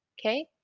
Okay